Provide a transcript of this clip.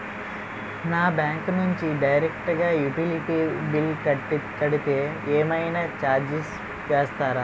నా బ్యాంక్ నుంచి డైరెక్ట్ గా యుటిలిటీ బిల్ కడితే ఏమైనా చార్జెస్ వేస్తారా?